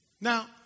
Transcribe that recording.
Now